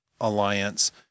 alliance